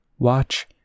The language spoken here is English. watch